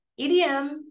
EDM